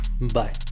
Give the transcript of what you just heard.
Bye